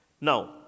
Now